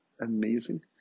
amazing